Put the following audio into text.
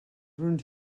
uns